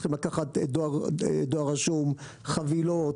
צריכים לקחת דואר רשום, חבילות,